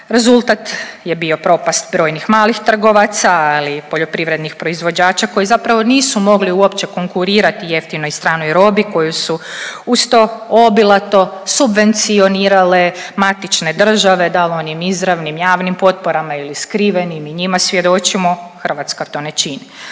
Rezultat je bio propast brojnih malih trgovaca, ali i poljoprivrednih proizvođača koji zapravo nisu mogli uopće konkurirati jeftinoj stranoj robi koju su uz to obilato subvencionirale matične države, dal onim izravnim javnim potporama ili skrivenim i njima svjedočimo, Hrvatska to ne čini.